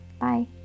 bye